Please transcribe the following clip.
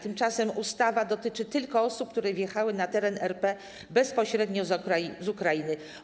Tymczasem ustawa dotyczy tylko osób, które wjechały na teren RP bezpośrednio z Ukrainy.